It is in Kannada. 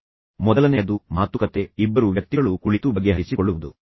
ತ್ವರಿತವಾಗಿ ಹೇಳುವುದಾದರೆ ಮೊದಲನೆಯದು ಮಾತುಕತೆ ಅಂದರೆ ಇಬ್ಬರು ವ್ಯಕ್ತಿಗಳು ಕುಳಿತು ಬಗೆಹರಿಸಿಕೊಳ್ಳುವುದು